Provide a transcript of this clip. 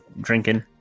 drinking